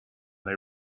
they